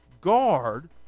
guard